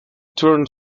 turn